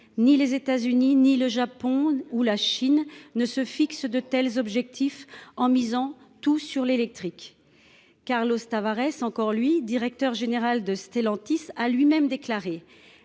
Ni les États-Unis ni le Japon ou la Chine ne se fixe de tels objectifs en misant tout sur l'électrique. Carlos Tavarès, encore lui, directeur général de Stellantis a lui-même déclaré